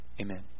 amen